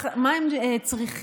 מה הם צריכים,